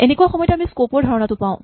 এনেকুৱা সময়তে আমি স্কপ ৰ ধাৰণাটো পাওঁ